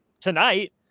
tonight